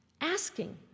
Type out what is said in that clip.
asking